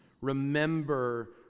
Remember